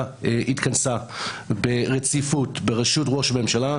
התכנסה ברציפות בראשות ראש הממשלה,